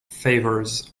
favours